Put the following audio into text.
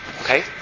okay